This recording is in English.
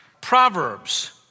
Proverbs